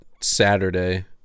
Saturday